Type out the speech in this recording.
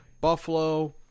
Buffalo